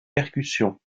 percussions